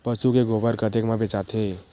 पशु के गोबर कतेक म बेचाथे?